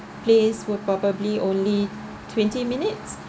place would probably only twenty minute